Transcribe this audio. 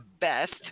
best